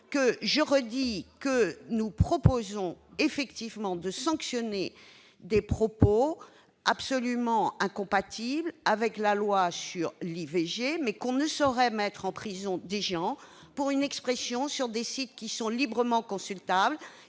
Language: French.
été comprise. Nous proposons effectivement de sanctionner des propos absolument incompatibles avec la loi sur l'IVG, mais l'on ne saurait mettre en prison des gens pour une expression sur des sites librement consultables